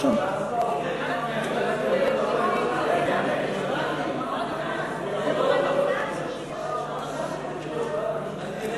שימור הסטטוס-קוו בישראל לדיון מוקדם בוועדה לא נתקבלה.